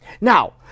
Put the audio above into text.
Now